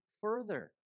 further